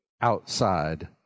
outside